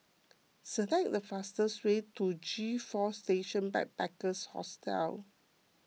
select the fastest way to G four Station by Backpackers Hostel